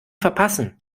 verpassen